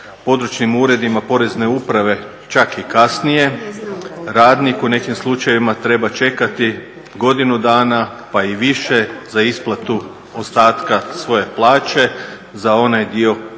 područnim uredima Poreznim uprave čak i kasnije, radnik u nekim slučajevima treba čekati godinu dana pa i više za isplatu ostatka svoje plaće za onaj dio poreza